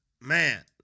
man